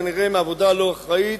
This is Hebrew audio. כנראה מעבודה לא אחראית,